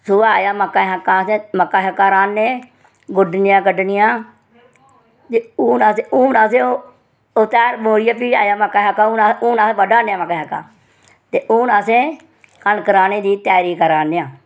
सोहा आया अस मक्कां राह्ने गुड्डनियां ते हून हून असें ओह् ते ध्यार बी आया ते हून अस बड्ढा नै आं मक्कां ते हून असें कनक राह्नें दी त्यारी करा दे आं